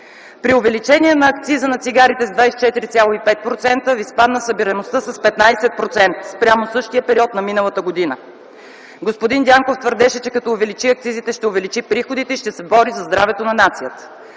При увеличение на акциза на цигарите с 24,5% спадна събираемостта с 15% спрямо същия период на миналата година. Господин Дянков твърдеше, че като увеличи акцизите, ще увеличи приходите и ще се бори за здравето на нацията.